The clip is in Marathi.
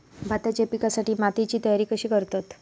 भाताच्या पिकासाठी मातीची तयारी कशी करतत?